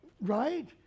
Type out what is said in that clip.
right